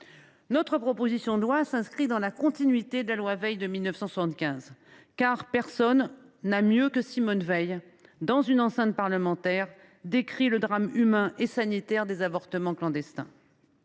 Notre proposition de loi s’inscrit dans la continuité de la loi Veil de 1975. Personne n’a, mieux que Simone Veil, dans une enceinte parlementaire, décrit le drame humain et sanitaire des avortements clandestins.